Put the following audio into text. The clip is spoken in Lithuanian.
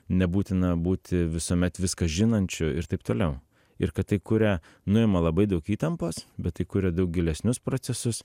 nebūtina būti visuomet viską žinančiu ir taip toliau ir kad tai kuria nuima labai daug įtampos bet tai kuria daug gilesnius procesus